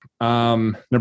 Number